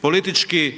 politički